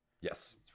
Yes